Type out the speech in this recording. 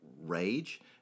rage